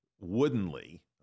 woodenly